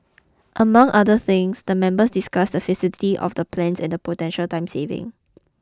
among other things the members discussed the feasibility of the plans and the potential time savings